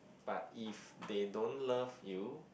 but if they don't love you